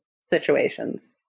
situations